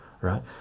right